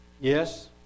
Yes